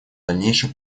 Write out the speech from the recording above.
дальнейшей